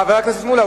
חבר הכנסת מולה,